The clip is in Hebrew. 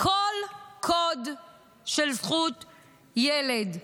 כל קוד של זכויות ילדים,